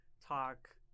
talk